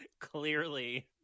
clearly